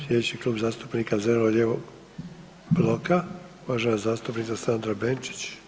Slijedeći Klub zastupnika zeleno-lijevog bloka, uvažena zastupnica Sandra Benčić.